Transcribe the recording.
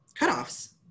cutoffs